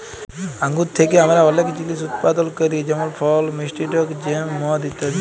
আঙ্গুর থ্যাকে আমরা অলেক জিলিস উৎপাদল ক্যরি যেমল ফল, মিষ্টি টক জ্যাম, মদ ইত্যাদি